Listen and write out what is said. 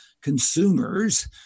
consumers